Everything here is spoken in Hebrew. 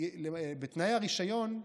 בתנאי הרישיון,